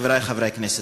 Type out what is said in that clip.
חברי חברי הכנסת,